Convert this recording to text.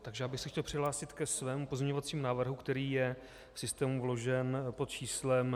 Takže já bych se chtěl přihlásit ke svému pozměňovacímu návrhu, který je v systému vložen pod číslem 2802.